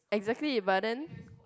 exactly but then